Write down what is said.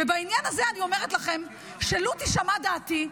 בעניין הזה אני אומרת לכם שלו תישמע דעתי,